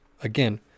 Again